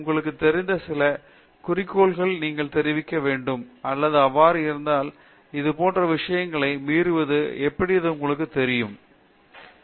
உங்களுக்குத் தெரிந்த சில குறிக்கோள்களை நீங்கள் தெரிவிக்க வேண்டும் அல்லது அவ்வாறு செய்தால் அது போன்ற விஷயங்களை மீறுவது எப்படி என்று உங்களுக்குத் தெரியுமா